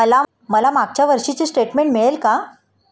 मला मागच्या वर्षीचे स्टेटमेंट मिळेल का?